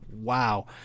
Wow